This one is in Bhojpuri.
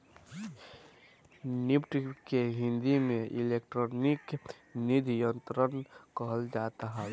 निफ्ट के हिंदी में इलेक्ट्रानिक निधि अंतरण कहल जात हवे